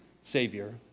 Savior